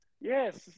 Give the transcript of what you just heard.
Yes